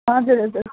हजुर हजुर